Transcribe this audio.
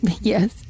Yes